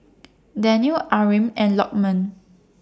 Danial Amrin and Lokman